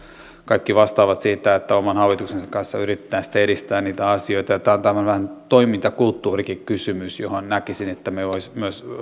kaikki vastaavat siitä että oman hallituksen kanssa yritetään edistää niitä asioita tämä on tämmöinen vähän toimintakulttuurikysymyskin josta näkisin että meillä olisi myös